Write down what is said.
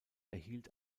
erhielt